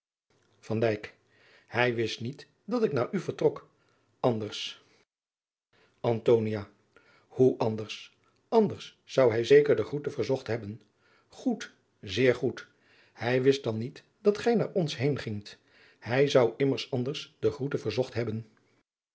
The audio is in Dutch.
hij wist niet dat ik naar u vertrok anders antonia hoe anders anders zou hij zeker de groete verzocht hebben goed zeer goed hij wist dan niet dat gij naar ons heen gingt hij zou immers anders de groete verzocht hebben